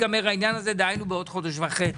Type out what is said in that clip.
דהיינו בעוד חודש וחצי.